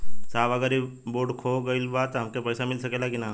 साहब अगर इ बोडखो गईलतऽ हमके पैसा मिल सकेला की ना?